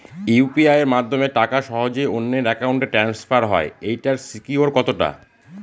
UPI মাধ্যমে টাকা সহজেই অন্যের অ্যাকাউন্ট ই ট্রান্সফার হয় এইটার সিকিউর কত টা?